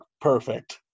perfect